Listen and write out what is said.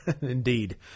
Indeed